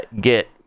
Get